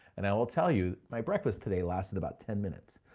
and i will tell you my breakfast today lasted about ten minutes,